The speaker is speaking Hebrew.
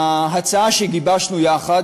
ההצעה שגיבשנו יחד,